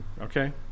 Okay